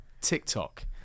TikTok